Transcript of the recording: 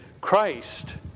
Christ